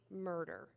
murder